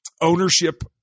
ownership